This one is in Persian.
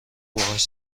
باهاش